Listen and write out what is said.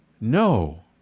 No